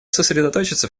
сосредоточиться